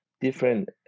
different